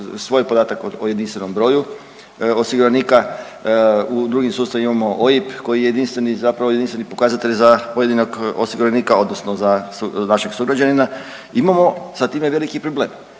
svoj podatak o jedinstvenom broju osiguranika. U drugim sustavima OIB koji je jedinstveni, zapravo jedinstveni pokazatelj za pojedinog osiguranika odnosno za našeg sugrađanina. Imamo sa time veliki problem